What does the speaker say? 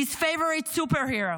his favorite superhero.